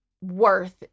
worth